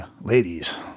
ladies